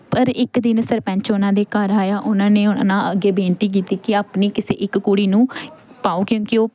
ਪਰ ਇੱਕ ਦਿਨ ਸਰਪੰਚ ਉਹਨਾਂ ਦੇ ਘਰ ਆਇਆ ਉਹਨਾਂ ਨੇ ਉਹਨਾਂ ਅੱਗੇ ਬੇਨਤੀ ਕੀਤੀ ਕਿ ਆਪਣੀ ਕਿਸੇ ਇੱਕ ਕੁੜੀ ਨੂੰ ਪਾਓ ਕਿਉਂਕਿ ਉਹ